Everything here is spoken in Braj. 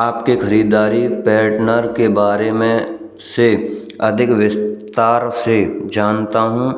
आपके खरीदारी पार्टनर के बारे मा से अधिक विस्तार से जानता हूँ।